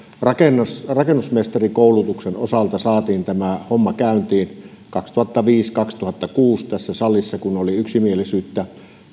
rakennusmestarikoulutuksen osalta saatiin tämä homma käyntiin kaksituhattaviisi viiva kaksituhattakuusi kun oli tässä salissa yksimielisyyttä